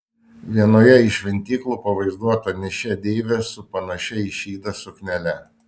vienoje iš šventyklų pavaizduota nėščia deivė su panašia į šydą suknele